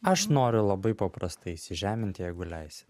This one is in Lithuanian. aš noriu labai paprastai įsižemint jeigu leisi